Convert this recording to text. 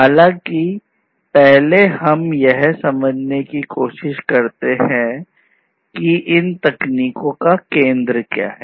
हालाँकि पहले हम यह समझने की कोशिश करते हैं कि इन तकनीकों का केंद्र क्या है